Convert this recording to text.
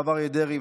הרב אריה דרעי,